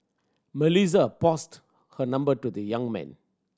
Melissa passed her number to the young man